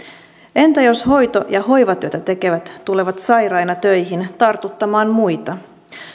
entä jos hoito ja hoivatyötä tekevät tulevat sairaina töihin tartuttamaan muita